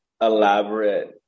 elaborate